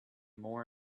more